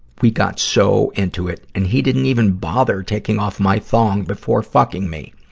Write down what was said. we got so into it, and he didn't even bother taking off my thong before fucking me.